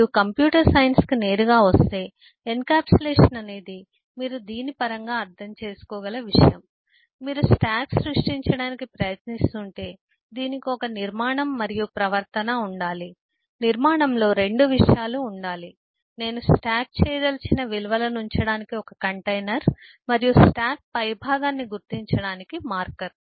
మరియు computer science కు నేరుగా వస్తే ఎన్క్యాప్సులేషన్ అనేది మీరు దీని పరంగా అర్థం చేసుకోగల విషయం మీరు స్టాక్ సృష్టించడానికి ప్రయత్నిస్తుంటే దీనికి ఒక నిర్మాణం మరియు ప్రవర్తన ఉండాలి నిర్మాణంలో 2 విషయాలు ఉండాలి నేను స్టాక్ చేయదలిచిన విలువలను ఉంచడానికి ఒక కంటైనర్ మరియు స్టాక్ పైభాగాన్ని గుర్తించడానికి మార్కర్